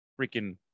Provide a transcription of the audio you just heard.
freaking